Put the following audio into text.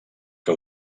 que